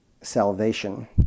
salvation